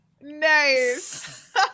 Nice